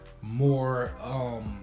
more